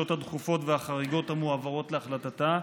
הדחופות והחריגות המועברות להחלטתה,